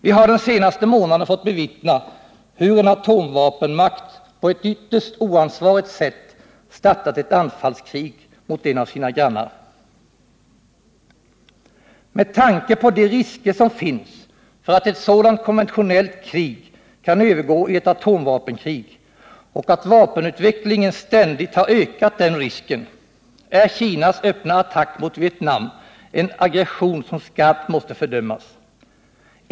Vi har den senaste månaden fått bevittna hur en atomvapenmakt på ett ytterst oansvarigt sätt startat ett anfaliskrig mot en av sina grannar. Med tanke på de risker som finns för att ett sådant konventionellt krig kan övergå i ett atomvapenkrig och att vapenutvecklingen ständigt har ökat den risken, är Kinas öppna attack mot Vietnam en aggression som skarpt måste fördömas.